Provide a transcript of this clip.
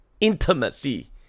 intimacy